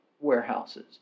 warehouses